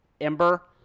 Ember